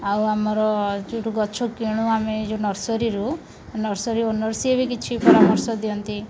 ଆଉ ଆମର ଯୋଉଠୁ ଗଛ କିଣୁ ଆମେ ଏ ଯୋଉ ନର୍ସରୀରୁ ନର୍ସରୀ ଓନର୍ ସିଏ ବି କିଛି ପରାମର୍ଶ ଦିଅନ୍ତି